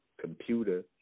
computer